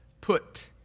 Put